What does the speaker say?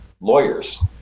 lawyers